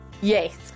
Yes